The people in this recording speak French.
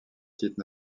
titres